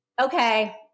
okay